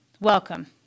Welcome